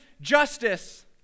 justice